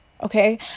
Okay